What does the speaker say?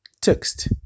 Text